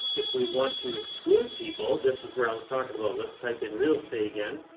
if we want to exclude people, this is where i was talking about, let's type in real estate again.